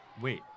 Wait